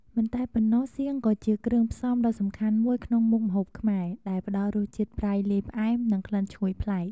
មិនតែប៉ុណ្ណោះសៀង ក៏ជាគ្រឿងផ្សំដ៏សំខាន់មួយក្នុងមុខម្ហូបខ្មែរ ដែលផ្ដល់រសជាតិប្រៃលាយផ្អែម និងក្លិនឈ្ងុយប្លែក។